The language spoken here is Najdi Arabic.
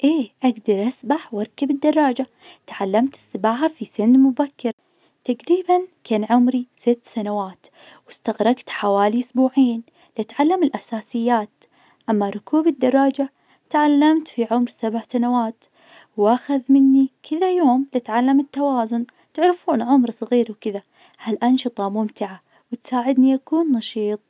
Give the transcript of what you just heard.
أيه أقدر أسبح وأركب الدراجة. تعلمت السباحة في سن مبكر، تقريبا كان عمري ست سنوات، واستغرقت حوالي أسبوعين لتعلم الأساسيات. أما ركوب الدراجة تعلمت في عمر سبع سنوات، وأخذ مني كذا يوم لأتعلم التوازن تعرفون عمري صغير وكذا. ها الأنشطة ممتعة وتساعدني أكون نشيط.